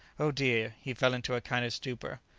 oh dear! he fell into a kind of stupor.